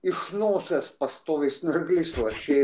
iš nosies pastoviai snarglys lašėj